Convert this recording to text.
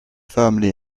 firmly